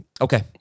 Okay